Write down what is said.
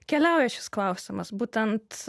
keliauja šis klausimas būtent